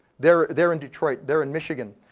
there there in detroit, there in michigan.